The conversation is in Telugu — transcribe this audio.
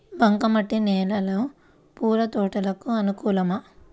బంక మట్టి నేలలో పూల తోటలకు అనుకూలమా?